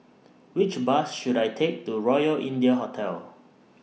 Which Bus should I Take to Royal India Hotel